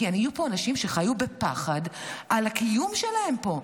כי היו פה אנשים שחיו בפחד על הקיום שלהם פה.